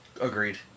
Agreed